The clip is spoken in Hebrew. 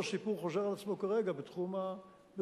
ואותו סיפור חוזר על עצמו כרגע בתחום החשמל,